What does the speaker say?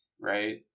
right